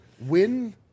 win